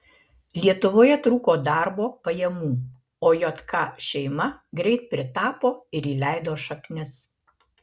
lietuvoje trūko darbo pajamų o jk šeima greit pritapo ir įleido šaknis